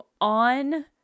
on